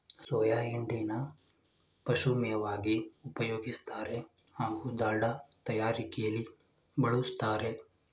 soya ಹಿಂಡಿನ ಪಶುಮೇವಾಗಿ ಉಪಯೋಗಿಸ್ತಾರೆ ಹಾಗೂ ದಾಲ್ಡ ತಯಾರಿಕೆಲಿ ಬಳುಸ್ತಾರೆ